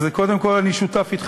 אז קודם כול, אני שותף אתך.